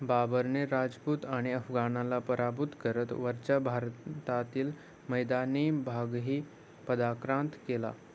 बाबरने राजपूत आणि अफगाणाला पराभूत करत वरच्या भारतातील मैदानी भागही पादाक्रांत केला